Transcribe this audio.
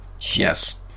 yes